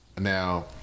Now